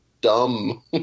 dumb